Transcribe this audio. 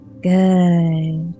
Good